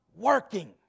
working